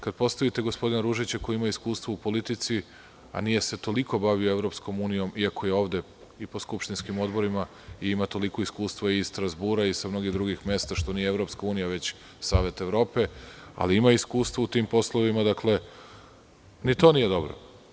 Kada postavite gospodina Ružića koji ima iskustva u politici, a nije se toliko bavio Evropskom unijom, iako je ovde po skupštinskim odborima, ima toliko iskustvo iz Strazbura i sa mnogih drugih mesta, što nije Evropska unija, već Savet Evrope, ali ima iskustvo u tim poslovima, dakle, ni to nije dobro.